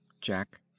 Jack